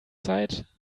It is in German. zeit